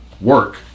work